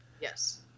Yes